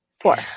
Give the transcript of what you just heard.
four